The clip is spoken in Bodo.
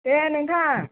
दे नोंथां